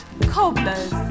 Cobblers